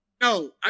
No